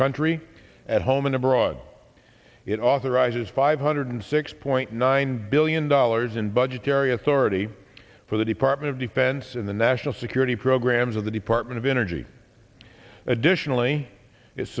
country at home and abroad it authorizes five hundred six point nine billion dollars in budgetary authority for the department of defense and the national security programs of the department of energy additionally it